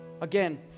Again